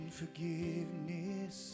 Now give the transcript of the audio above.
forgiveness